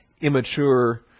immature